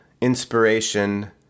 inspiration